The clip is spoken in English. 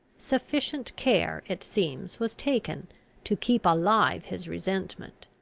sufficient care, it seems, was taken to keep alive his resentment.